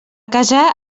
casar